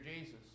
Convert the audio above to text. Jesus